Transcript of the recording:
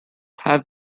have